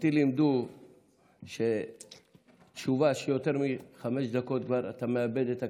אותי לימדו שבתשובה של יותר מחמש דקות אתה כבר מאבד את הקשב.